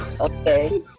Okay